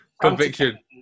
conviction